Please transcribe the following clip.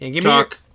talk